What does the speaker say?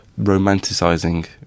romanticizing